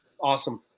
awesome